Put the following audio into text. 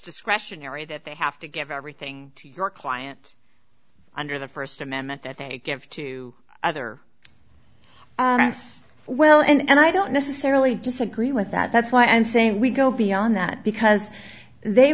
discretionary that they have to give everything to your client under the first amendment that they give to other us well and i don't necessarily disagree with that that's why i'm saying we go beyond that because they